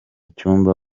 cyumba